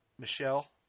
Michelle